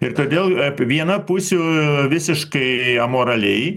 ir todėl vieną pusių visiškai amoraliai